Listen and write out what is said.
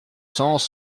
cents